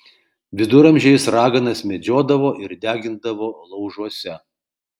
viduramžiais raganas medžiodavo ir degindavo laužuose